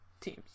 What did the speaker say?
teams